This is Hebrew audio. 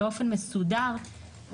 באופן מסודר,